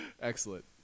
Excellent